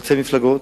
חוצה מפלגות.